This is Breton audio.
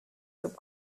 pep